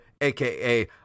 aka